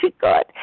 God